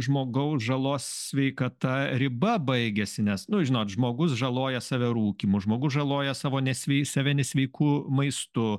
žmogaus žalos sveikata riba baigiasi nes nu žinot žmogus žaloja save rūkymu žmogus žaloja savo nesvei save nesveiku maistu